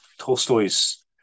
Tolstoy's